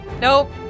Nope